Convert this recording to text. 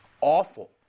awful